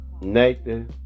Nathan